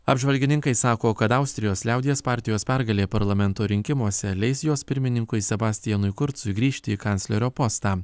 apžvalgininkai sako kad austrijos liaudies partijos pergalė parlamento rinkimuose leis jos pirmininkui sebastianui kurcui sugrįžti į kanclerio postą